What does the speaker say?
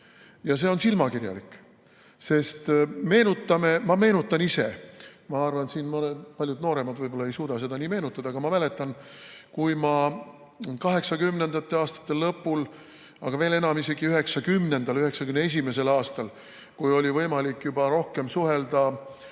ja see on silmakirjalik. Meenutame – ma meenutan ise, ma arvan, et paljud nooremad siin võib-olla ei suuda seda nii meenutada. Ma mäletan, kui ma 1980. aastate lõpul, veel enam isegi 1990. ja 1991. aastal, kui oli võimalik juba rohkem suhelda